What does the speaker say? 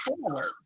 forward